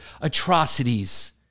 atrocities